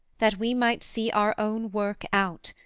that we might see our own work out,